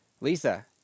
Lisa